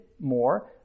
more